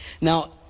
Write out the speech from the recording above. Now